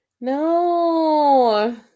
no